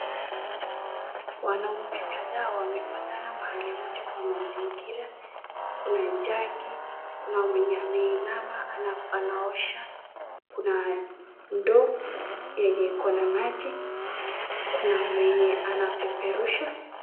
Wanaume kadhaa wamepatana mahali moja kwa mazingira kuna jagi kuna mwenye anainama anaosha ndoo yenye iko na maji kuna mwenye anapeperusha.